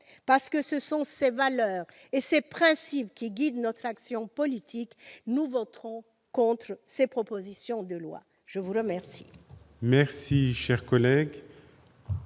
Parce que ce sont ces valeurs et ces principes qui guident notre action politique, nous voterons contre ces propositions de loi. Personne ne